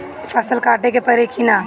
फसल काटे के परी कि न?